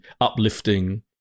uplifting